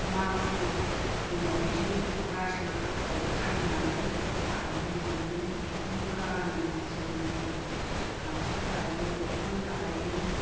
माखु दङ' बेजों रासोयाव खायनानै दायो लुयो बेखौनो गानो जोमो गामसा दायो दख'ना दायो